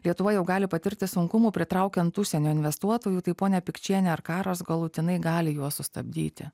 lietuva jau gali patirti sunkumų pritraukiant užsienio investuotojų tai ponia pikčiene ar karas galutinai gali juos sustabdyti